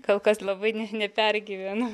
kol kas labai ne nepergyvenu